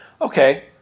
okay